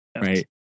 right